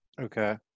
Okay